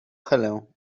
helę